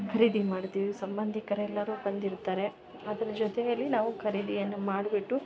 ಖರೀದಿ ಮಾಡ್ತೀವಿ ಸಂಬಂಧಿಕರೆಲ್ಲರು ಬಂದಿರ್ತಾರೆ ಅದ್ರ ಜೊತೆಯಲ್ಲಿ ನಾವು ಖರೀದಿಯನ್ನ ಮಾಡಿಬಿಟ್ಟು